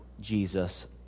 Jesus